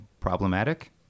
problematic